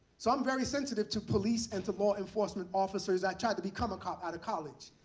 so i'm very sensitive to police and to law enforcement officers. i tried to become a cop out of college.